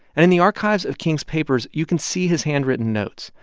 and in the archives of king's papers, you can see his handwritten notes,